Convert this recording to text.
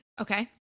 Okay